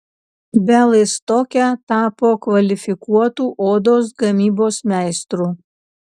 bialystoke tapo kvalifikuotu odos gamybos meistru